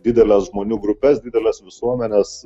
dideles žmonių grupes dideles visuomenes